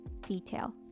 detail